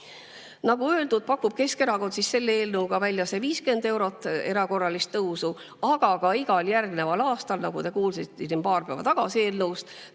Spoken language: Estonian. Nagu öeldud, pakub Keskerakond selle eelnõuga välja 50 eurot erakorralist tõusu, aga ka igal järgneval aastal, nagu te kuulsite siin paar päeva tagasi eelnõu